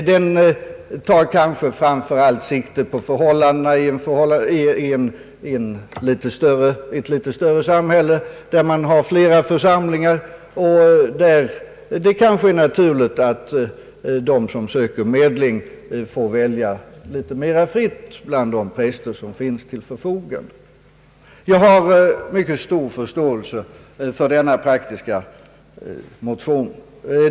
Den tar kanske framför allt sikte på förhållandena i ett större samhälle där man har flera församlingar och där det kanske är naturligt att de som söker medling får välja mera fritt bland de präster som finns till förfogande. Jag har mycket stor förståelse för denna praktiska motion.